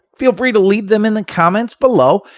feel free to leave them in the comments below.